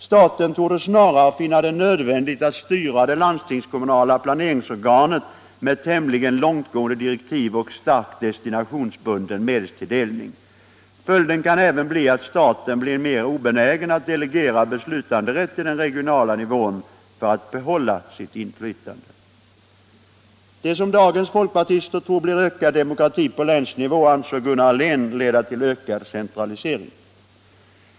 Staten torde snarare finna det nödvändigt att styra det landstingskommunala planeringsorganet med tämligen långtgående direktiv och starkt destinationsbunden medelstilldelning. Följden kan även bli att staten blir mer obenägen att delegera beslutanderätten till den regionala nivån för att behålla sitt inflytande.” Det som dagens folkpartister tror blir ökad demokrati på länsnivå fann Gunnar Helén leda till ökad centralisering.